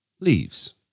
leaves